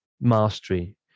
mastery